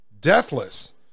deathless